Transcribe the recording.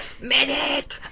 medic